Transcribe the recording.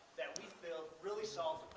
that we built really solved